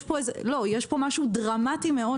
לא, קורה פה משהו דרמטי מאוד.